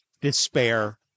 despair